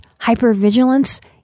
Hypervigilance